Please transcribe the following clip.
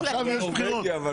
זה מה שאני מציע לכם.